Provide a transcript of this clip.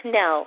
no